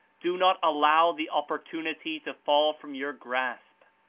do not allow the op portunity to fall from your grasp,